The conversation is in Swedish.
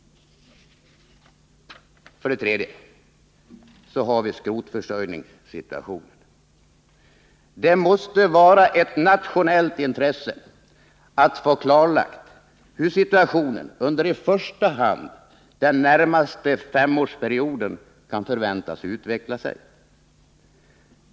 För det tredje: Skrotförsörjningssituationen. Det måste vara ett nationellt intresse att få klarlagt hur situationen under i första hand den närmaste femårsperioden kan förväntas utveckla sig.